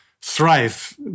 thrive